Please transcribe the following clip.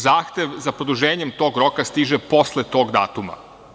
Zahtev za produženjem tog roka stiže posle tog datuma.